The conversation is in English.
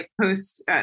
post